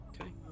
okay